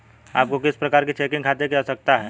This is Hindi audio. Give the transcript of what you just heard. आपको किस प्रकार के चेकिंग खाते की आवश्यकता है?